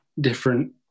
different